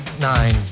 nine